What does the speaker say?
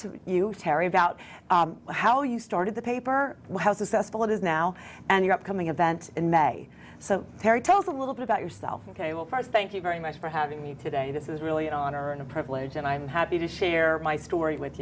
to you terry about how you started the paper how successful it is now and your upcoming event in may so terry tell us a little bit about yourself ok well first thank you very much for having me today this is really an honor and a privilege and i'm happy to share my story with